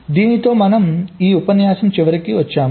దీనితో మనం ఈ ఉపన్యాసం చివరికి వస్తాము